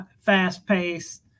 fast-paced